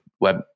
web